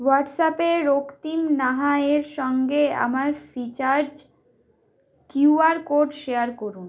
হোয়াটস অ্যপে রক্তিম নাহা এর সঙ্গে আমার ফ্রিচার্জ কিউআর কোড শেয়ার করুন